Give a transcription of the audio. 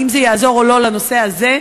האם זה יעזור או לא לנושא הזה.